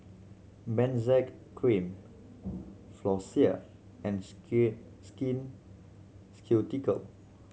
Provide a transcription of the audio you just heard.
Benzac Cream Floxia and Skin Ceutical